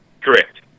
Correct